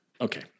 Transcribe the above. Okay